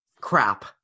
crap